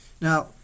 Now